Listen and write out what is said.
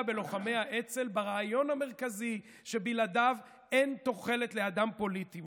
בלוחמי האצ"ל ברעיון המרכזי שבלעדיו אין תוחלת לאדם פוליטי,